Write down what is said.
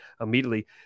immediately